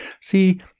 See